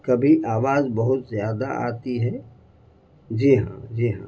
کبھی آواز بہت زیادہ آتی ہے جی ہاں جی ہاں